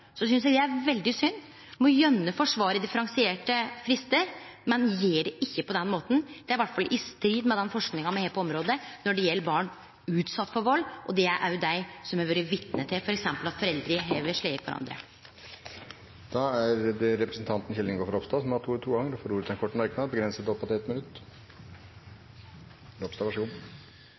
så synest eg det er veldig synd. Ein må gjerne forsvare differensierte fristar, men gjer det ikkje på den måten. Det er i alle fall i strid med den forskinga me har på området når det gjeld barn utsette for vald, og det gjeld også dei som har vore vitne f.eks. til at foreldre har slått kvarandre. Det som ligger i differensieringa, er nettopp at en ser på alvorlighetsgraden i de ulike sakene. Det